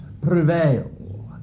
prevail